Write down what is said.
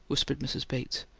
whispered mrs. bates.